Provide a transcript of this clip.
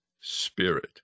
Spirit